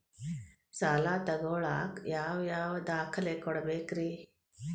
ಸಾಲ ತೊಗೋಳಾಕ್ ಯಾವ ಯಾವ ದಾಖಲೆ ಕೊಡಬೇಕ್ರಿ?